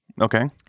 Okay